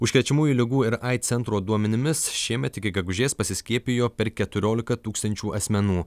užkrečiamųjų ligų ir aids centro duomenimis šiemet iki gegužės pasiskiepijo per keturiolika tūkstančių asmenų